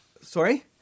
Sorry